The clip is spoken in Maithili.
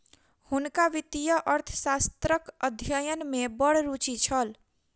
हुनका वित्तीय अर्थशास्त्रक अध्ययन में बड़ रूचि छल